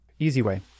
EasyWay